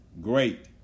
Great